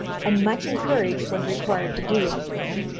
and much encouraged when required to do anything,